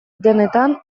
denetan